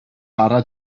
bara